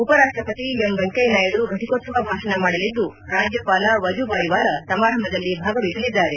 ಉಪರಾಷ್ಷಪತಿ ಎಂ ವೆಂಕಯ್ನ ನಾಯ್ನು ಫಟಿಕೋತ್ಸವ ಭಾಷಣ ಮಾಡಲಿದ್ದು ರಾಜ್ಞಪಾಲ ವಜೂಬಾಯಿ ವಾಲಾ ಸಮಾರಂಭದಲ್ಲಿ ಭಾಗವಹಿಸಲಿದ್ದಾರೆ